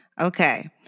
Okay